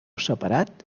separat